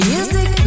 Music